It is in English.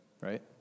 right